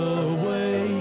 away